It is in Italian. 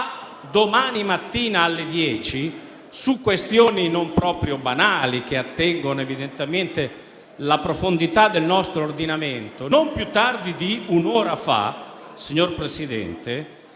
domani mattina alle ore 10, su questioni non proprio banali che attengono evidentemente alla profondità del nostro ordinamento, non più tardi di un'ora fa, signor Presidente,